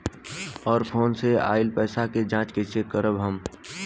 और फोन से आईल पैसा के जांच कैसे करब हम?